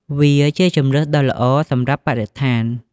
ហើយវាជាជម្រើសដ៏ល្អសម្រាប់បរិស្ថាន។